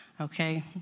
Okay